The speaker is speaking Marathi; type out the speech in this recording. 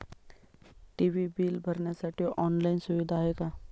टी.वी बिल भरण्यासाठी ऑनलाईन सुविधा आहे का?